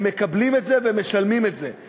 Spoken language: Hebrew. הם מקבלים את זה ומשלמים את זה.